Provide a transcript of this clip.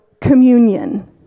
communion